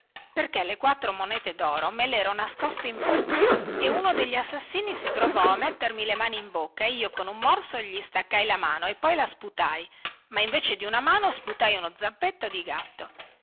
perché le quattro monete doro me lero nascoste in bocca e uno degli assassini si provò a mettermi le mani in bocca e io con un morso gli staccai la mano e poi la sputai ma invece di una mano sputai uno zampetto di gatto